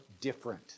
different